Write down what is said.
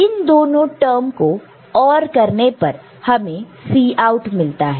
इन दोनों टर्म को OR करने पर हमें Cout मिलता है